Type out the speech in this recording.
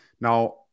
Now